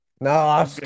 No